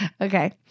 Okay